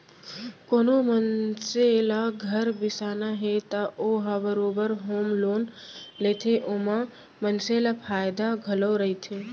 कोनो मनसे ल घर बिसाना हे त ओ ह बरोबर होम लोन लेथे ओमा मनसे ल फायदा घलौ रहिथे